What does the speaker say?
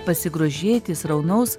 pasigrožėti sraunaus